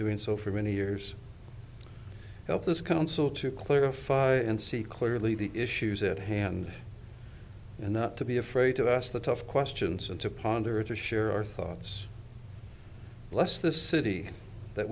doing so for many years help this council to clarify and see clearly the issues at hand and not to be afraid to ask the tough questions and to ponder to share our thoughts less the city that